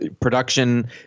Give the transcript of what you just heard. Production